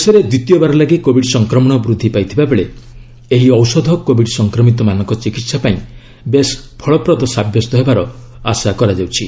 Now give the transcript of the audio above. ଦେଶରେ ଦ୍ୱିତୀୟବାର ଲାଗି କୋବିଡ୍ ସଂକ୍ରମଣ ବୃଦ୍ଧି ପାଇଥିବା ବେଳେ ଏହି ଔଷଧ କୋବିଡ୍ ସଂକ୍ରମିତମାନଙ୍କ ଚିକିତ୍ସା ପାଇଁ ବେଶ୍ ଫଳପ୍ରଦ ସାବ୍ୟସ୍ତ ହେବାର ଆଶା କରାଯାଉଛି